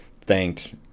thanked